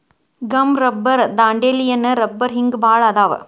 gum rubber dandelion ರಬ್ಬರ ಹಿಂಗ ಬಾಳ ಅದಾವ